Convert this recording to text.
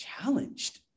challenged